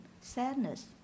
sadness